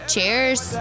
Cheers